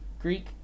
Greek